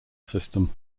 system